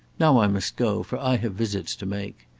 now i must go, for i have visits to make.